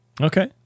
Okay